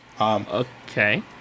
Okay